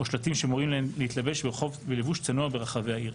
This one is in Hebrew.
או שלטים שמורים להן להתלבש בלבוש צנוע ברחבי העיר.